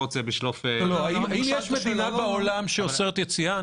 אני לא רוצה בשלוף --- האם יש מדינה בעולם שאוסרת על יציאה?